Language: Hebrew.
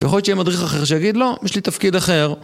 יכול להיות שיהיה מדריך אחר שיגיד "לא, יש לי תפקיד אחר".